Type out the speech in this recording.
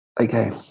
Okay